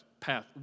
Path